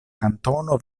kantono